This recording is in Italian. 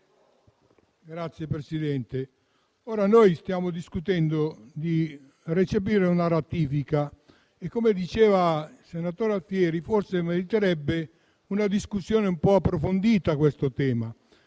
Signor Presidente, noi stiamo discutendo di recepire una ratifica che, come diceva il senatore Alfieri, forse meriterebbe una discussione un po' approfondita sul tema.